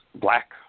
black